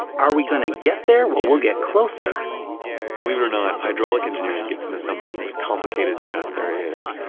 are we going to get there? well, we'll get closer believe it or not. hydraulic engineering gets into some of the most complicated math there is.